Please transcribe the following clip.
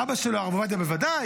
אבא שלו הרב עובדיה בוודאי,